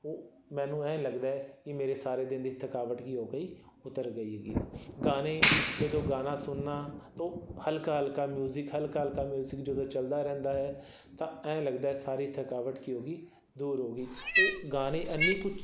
ਓ ਮੈਨੂੰ ਐਂ ਲੱਗਦਾ ਕਿ ਮੇਰੇ ਸਾਰੇ ਦਿਨ ਦੀ ਥਕਾਵਟ ਕੀ ਹੋ ਗਈ ਉਤਰ ਗਈ ਹੈਗੀ ਗਾਣੇ ਜਦੋਂ ਗਾਣਾ ਸੁਣਦਾ ਤੋ ਹਲਕਾ ਹਲਕਾ ਮਿਊਜਿਕ ਹਲਕਾ ਹਲਕਾ ਮਿਊਜਿਕ ਜਦੋਂ ਚੱਲਦਾ ਰਹਿੰਦਾ ਹੈ ਤਾਂ ਐਂ ਲੱਗਦਾ ਸਾਰੀ ਥਕਾਵਟ ਕੀ ਹੋ ਗਈ ਦੂਰ ਹੋ ਗਈ ਉਹ ਗਾਣੇ ਇੰਨੀ ਕੁ